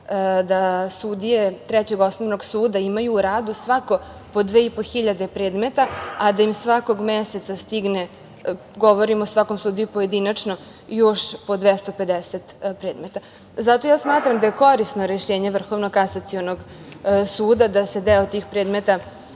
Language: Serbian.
da sudije Trećeg osnovnog suda imaju u radu svako po 2.500 predmeta, a da im svakog meseca stigne, govorim o svakom sudiji pojedinačno, još po 250 predmeta. Zato ja smatram da je korisno rešenje Vrhovnog kasacionog suda da se deo tih predmeta